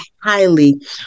highly